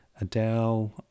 Adele